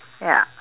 ya